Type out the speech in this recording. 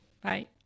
Bye